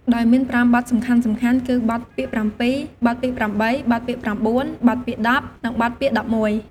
ដោយមាន ៥ បទសំខាន់ៗគឺ បទពាក្យប្រាំពីរ, បទពាក្យប្រាំបី, បទពាក្យប្រាំបួន, បទពាក្យដប់ និង បទពាក្យដប់មួយ។